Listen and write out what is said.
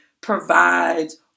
provides